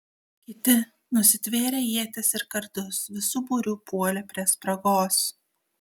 kiti nusitvėrę ietis ir kardus visu būriu puolė prie spragos